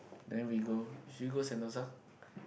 then we go we go Sentosa